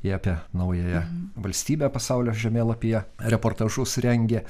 jie apie naująją valstybę pasaulio žemėlapyje reportažus rengė